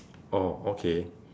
oh okay